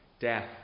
Death